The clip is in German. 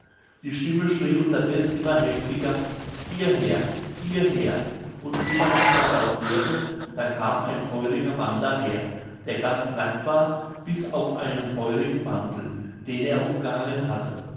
die stimme schrie unterdeß immer heftiger hierher hierher und wie man nicht darauf hörte da kam ein feuriger mann daher der ganz nackt war bis auf einen feurigen mantel den er umgehangen hatte